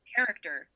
character